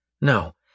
No